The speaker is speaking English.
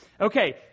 Okay